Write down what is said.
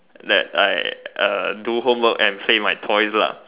that I uh do homework and play my toys lah